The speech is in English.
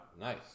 Nice